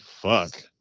fuck